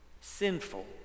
Sinful